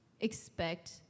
expect